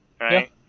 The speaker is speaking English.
right